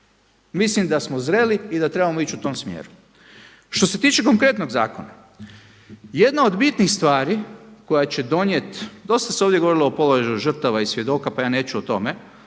Mislim da smo zreli i da trebamo ići u tom smjeru. Što se tiče konkretnog zakona, jedna od bitnih stvari koja će donijeti, dosta se ovdje govorilo o položaju žrtava i svjedoka, pa ja neću o tome,